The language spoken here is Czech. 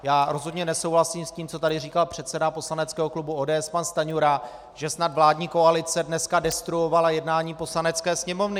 Já rozhodně nesouhlasím s tím, co tady říkal předseda poslaneckého klubu ODS pan Stanjura, že snad vládní koalice dneska destruovala jednání Poslanecké sněmovny.